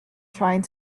trying